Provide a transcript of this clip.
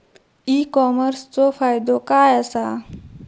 E कॉमर्सचो फायदो काय असा?